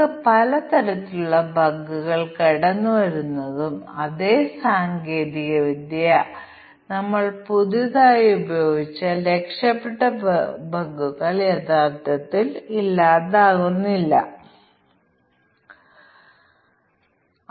എന്നാൽ അവ ലഭ്യമാണെന്ന് പറയുന്നതുപോലെ നിരവധി ചെറിയ ഉപകരണങ്ങൾ ഉണ്ട് നിങ്ങൾക്ക് അവ ഡൌൺലോഡ് ചെയ്ത് പ്രവർത്തിപ്പിച്ച് ഇൻപുട്ട് പാരാമീറ്ററുകളും സാധ്യമായ മൂല്യങ്ങളും നൽകാം